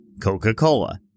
Coca-Cola